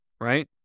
Right